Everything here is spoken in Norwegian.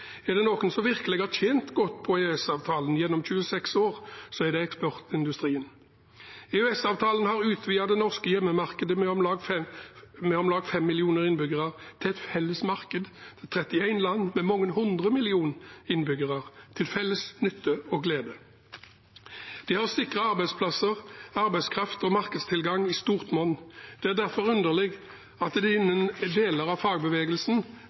Er det noen som virkelig har tjent godt på EØS-avtalen gjennom 26 år, er det eksportindustrien. EØS-avtalen har utvidet det norske hjemmemarkedet med om lag 5 millioner innbyggere til et felles marked – 31 land med mange hundre millioner innbyggere – til felles nytte og glede. Det har sikret arbeidsplasser, arbeidskraft og markedstilgang i stort monn. Det er derfor underlig at det innen deler av fagbevegelsen,